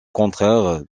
contraire